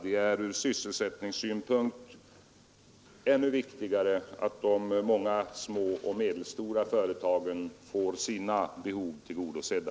Det är ur sysselsättningssynpunkt ännu viktigare att de många små och medelstora företagen får sina behov tillgodosedda.